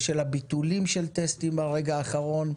בשל הביטולים של טסטים ברגע האחרון,